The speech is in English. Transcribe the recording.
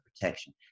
protection